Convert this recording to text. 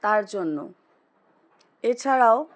তার জন্য এছাড়াও